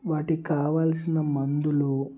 వాటికి కావాల్సిన మందులు